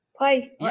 Hi